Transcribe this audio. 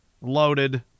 loaded